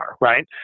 right